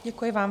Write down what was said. Děkuji vám.